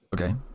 Okay